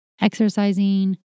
exercising